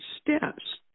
steps